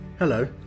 Hello